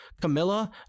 Camilla